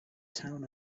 town